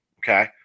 Okay